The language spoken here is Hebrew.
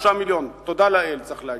תודה לאל, צריך להגיד.